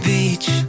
Beach